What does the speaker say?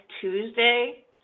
Tuesday